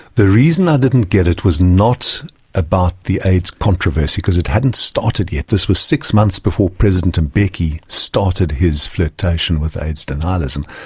the reason i didn't get it was not about the aids controversy because it hadn't started yet. this was six months before president mbeki started his flirtation with aids denialism.